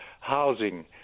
housing